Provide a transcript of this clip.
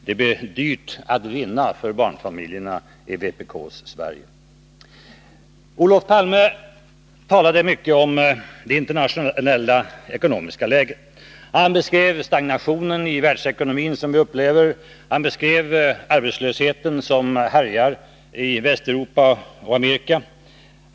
Det blir dyrt att vinna för barnfamiljerna i vpk:s Sverige. Olof Palme talade mycket om det internationella ekonomiska läget. Han beskrev den stagnation i världsekonomin som vi upplever och den arbetslöshet som härjar i Västeuropa och i Amerika.